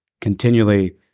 continually